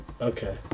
Okay